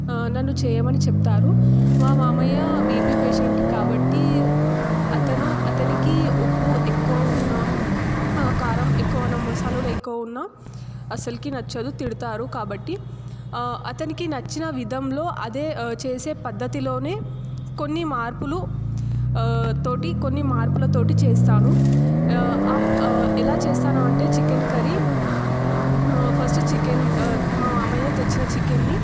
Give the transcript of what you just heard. నన్ను చేయమని చెప్తారు మా మామయ్య బీపీ పేషెంట్ కాబట్టి అతను అతనికి ఉప్పు ఎక్కువ ఉన్న ఆకారం ఎక్కువ ఉన్నా కారం ఎక్కువ ఉన్న మసాలాలు ఎక్కువ ఉన్న అసలకి నచ్చదు తిడతారు కాబట్టి అతనికి నచ్చిన విధంలో అదే చేసే పద్ధతిలోనే కొన్ని మార్పులు తోటి కొన్ని మార్పుల తోటి చేస్తాను ఎలా చేస్తాను అంటే చికెన్ కర్రీ ఫస్ట్ చికెన్ మా మామయ్య తెచ్చిన చికెన్ని